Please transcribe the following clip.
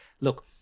look